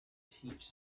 teach